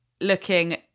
looking